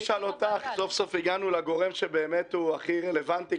סוף-סוף הגענו לגורם שבאמת הוא הכי רלוונטי